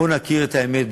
בואו נכיר את האמת,